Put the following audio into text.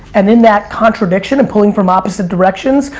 and in that contradiction and pulling from opposite directions,